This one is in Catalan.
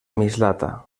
mislata